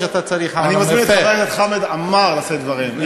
אז אני מזמין את חבר הכנסת חמד עמאר לשאת דברים.